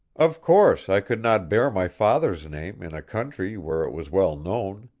of course i could not bear my father's name in a country where it was well known,